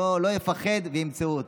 לא יפחד וימצאו אותו.